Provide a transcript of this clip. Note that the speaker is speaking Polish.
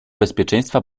bezpieczeństwa